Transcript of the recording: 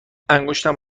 انگشتم